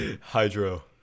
Hydro